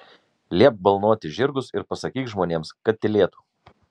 liepk balnoti žirgus ir pasakyk žmonėms kad tylėtų